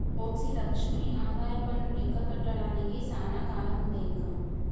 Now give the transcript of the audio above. OC Lakshmi ఆదాయపన్ను లెక్క కట్టడానికి సానా కాలముందే ఇంక